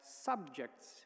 subjects